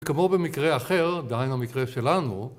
כמו במקרה אחר, דהיינו המקרה שלנו